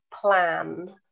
plan